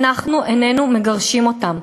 אנחנו איננו מגרשים אותם.